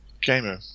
gamer